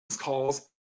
calls